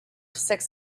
six